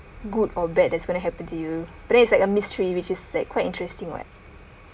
good or bad that's going to happen to you but then is like a mystery which is like quite interesting [what]